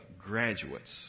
graduates